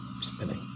spinning